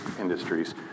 industries